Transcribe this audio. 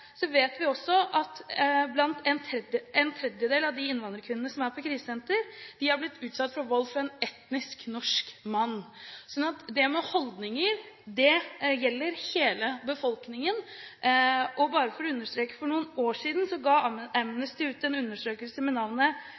Så vet vi også at en tredjedel av de innvandrerkvinnene som er på krisesenter, er blitt utsatt for vold fra en etnisk norsk mann – slik at holdninger gjelder hele befolkningen. Bare for å understreke det: For noen år siden ga Amnesty ut en rapport med navnet: